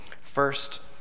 First